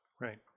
Right